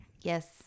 Yes